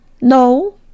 No